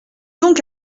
donc